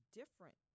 different